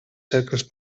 cercles